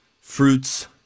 fruits